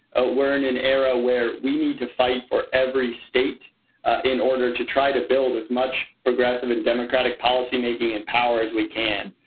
ah we're in an era where we need to fight for every state in order to try to build as much progressive and democratic policymaking in power as we can.